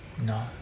no